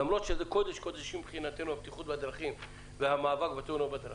למרות שזה קודש הקודשים מבחינתנו הבטיחות בדרכים והמאבק בתאונות בדרכים,